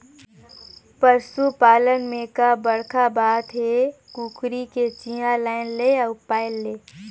पसू पालन में का बड़खा बात हे, कुकरी के चिया लायन ले अउ पायल ले